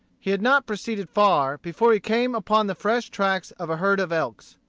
he had not proceeded far before he came upon the fresh tracks of a herd of elks.